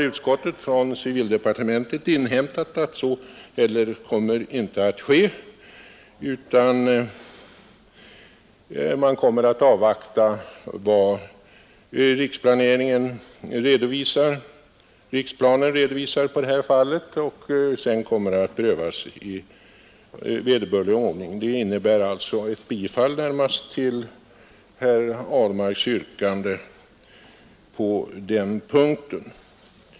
Utskottet har från civildepartementet inhämtat att så inte kommer att ske, utan man kommer att avvakta vad riksplanen redovisar, och sedan kommer fallet att prövas i vederbörlig ordning. Det innebär alltså närmast ett bifall till herr Ahlmarks yrkande på den punkten.